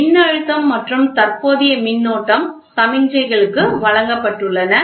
மின்னழுத்தம் மற்றும் தற்போதைய மின்னோட்டம் சமிக்ஞைகள் வழங்கப்பட்டுள்ளன